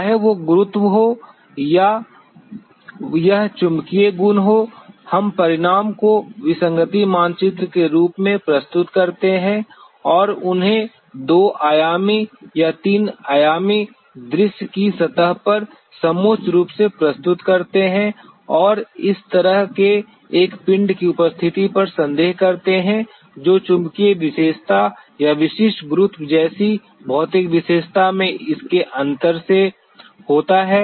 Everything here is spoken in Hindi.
चाहे वह गुरुत्व हो या यह चुंबकीय गुण हो हम परिणाम को विसंगति मानचित्र के रूप में प्रस्तुत करते हैं और उन्हें 2 आयामी या 3 आयामी दृश्य की सतह पर समोच्च रूप से प्रस्तुत करते हैं और इस तरह के एक पिंड की उपस्थिति पर संदेह करते हैं जो चुंबकीय विशेषता या विशिष्ट गुरुत्व जैसी भौतिक विशेषता में इसके अंतर से होता है